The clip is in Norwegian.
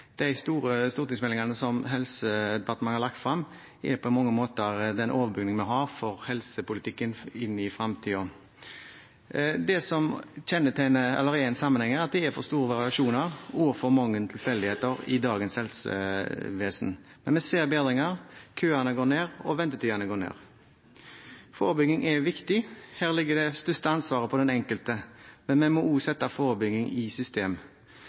De store stortingsmeldingene som Helse- og omsorgsdepartementet har lagt frem, er på mange måter den overbygningen vi har for helsepolitikken inn i fremtiden. Det som er en sammenheng her, er at det er for store variasjoner og for mange tilfeldigheter i dagens helsevesen. Men vi ser bedringer. Køene går ned, og ventetidene går ned. Forebygging er viktig. Her ligger det største ansvaret på den enkelte, men vi må også sette forebygging i system.